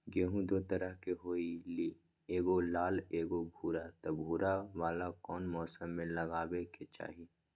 गेंहू दो तरह के होअ ली एगो लाल एगो भूरा त भूरा वाला कौन मौसम मे लगाबे के चाहि?